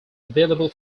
available